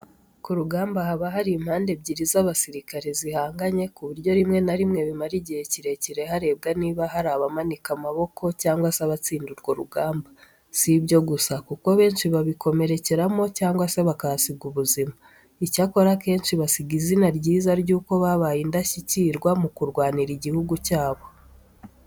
Ku rugamba, haba hari impande ebyiri z’abasirikare zihanganye, ku buryo rimwe na rimwe bimara igihe kirekire harebwa niba hari abamanika amaboko cyangwa se abatsinda urwo rugamba. Si ibyo gusa kuko benshi bakomerekeramo cyangwa se bakahasiga ubuzima. Icyakora, akenshi basiga izina ryiza ry'uko babaye indashyikirwa mu kurwanira igihugu cyabo.